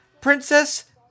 Princess